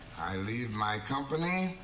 i leave my company,